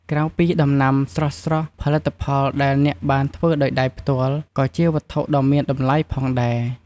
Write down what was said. ក្រៅពីដំណាំស្រស់ៗ ផលិតផលដែលអ្នកបានធ្វើដោយផ្ទាល់ដៃ ក៏ជាវត្ថុដ៏មានតម្លៃផងដែរ។